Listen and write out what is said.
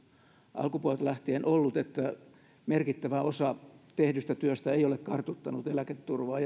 alkupuolelta lähtien ollut että merkittävä osa tehdystä työstä ei ole kartuttanut eläketurvaa